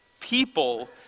people